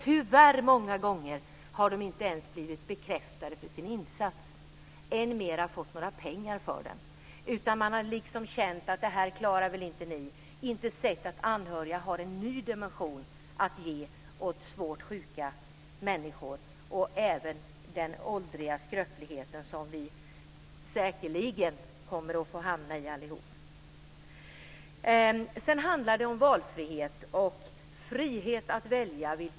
Tyvärr har de många gånger inte ens blivit bekräftade för sin insats och än mindre fått några pengar för den. Man har känt: Det här klarar väl inte ni. Man har inte sett att anhöriga har en ny dimension att ge åt svårt sjuka människor och även i den åldriga skröplighet som vi säkerligen kommer att hamna i allihop. Det handlar om valfrihet.